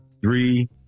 three